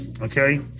okay